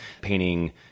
painting